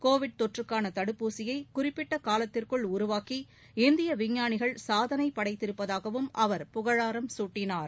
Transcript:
Covid தொற்றுக்கான தடுப்பூசியை குறிப்பிட்ட காலத்திற்குள் உருவாக்கி இந்திய விஞ்ஞானிகள் சாதனை படைத்திருப்பதாகவும் அவர் புகழாரம் சூட்டினார்